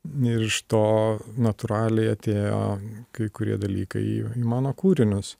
ir iš to natūraliai atėjo kai kurie dalykai į į mano kūrinius